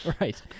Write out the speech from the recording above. right